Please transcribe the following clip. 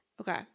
Okay